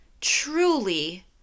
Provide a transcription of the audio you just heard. truly